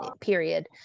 period